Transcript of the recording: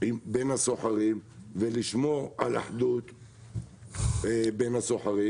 בין הסוחרים ולשמור על אחדות בין הסוחרים